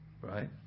Right